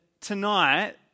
tonight